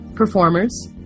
performers